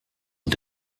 und